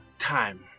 time